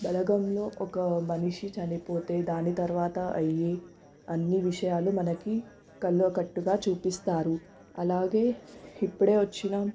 బలగంలో ఒక మనిషి చనిపోతే దాని తర్వాత అయ్యే అన్నీ విషయాలు మనకి కళ్ళకుకట్టుగా చూపిస్తారు అలాగే ఇప్పుడే వచ్చిన